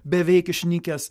beveik išnykęs